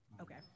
Okay